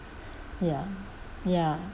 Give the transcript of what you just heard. ya ya